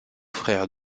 frère